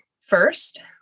first